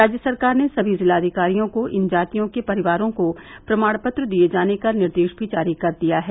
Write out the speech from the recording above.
राज्य सरकार ने सभी जिलाधिकारियों को इन जातियों के परिवारों को प्रमाण पत्र दिये जाने का निर्देश भी जारी कर दिया है